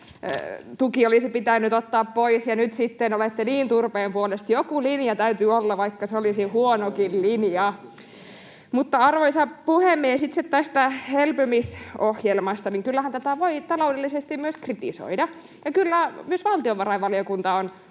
turvetuki olisi pitänyt ottaa pois ja nyt sitten olette niin turpeen puolesta. Joku linja täytyy olla, vaikka se olisi huonokin linja. Mutta, arvoisa puhemies, itse tästä elpymisohjelmasta: kyllähän tätä voi taloudellisesti myös kritisoida ja kyllä myös valtiovarainvaliokunta on